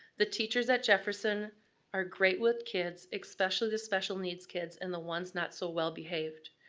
the teachers at jefferson are great with kids, especially the special needs kids and the ones not so well-behaved.